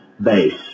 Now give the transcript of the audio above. base